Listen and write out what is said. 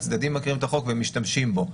הצדדים מכירים את החוק ומשתמשים בו.